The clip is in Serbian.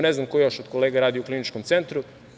Ne znam ko još od kolega radi u kliničkom centru.